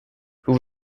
who